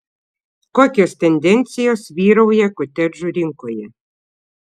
kokios tendencijos vyrauja kotedžų rinkoje